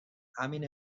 همین